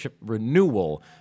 renewal